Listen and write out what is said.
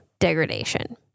degradation